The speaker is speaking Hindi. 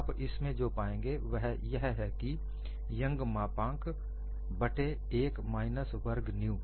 आप इसमें जो पाएंगे वह यह है कि यंग मापाँक बट्टे 1 माइनस वर्ग न्यू